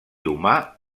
humà